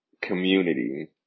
community